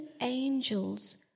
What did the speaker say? angels